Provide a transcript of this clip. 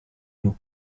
nous